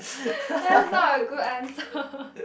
that's not a good answer